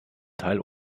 teil